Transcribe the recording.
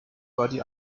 body